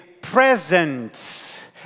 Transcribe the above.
presence